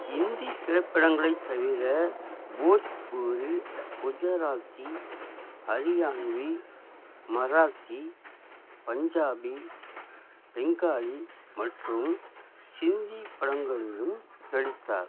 இந்தி திரைப்படங்களைத் தவிர போஜ்பூரி குஜராத்தி ஹரியான்வி மராத்தி பஞ்சாபி பெங்காலி மற்றும் சிந்தி படங்களிலும் நடித்தார்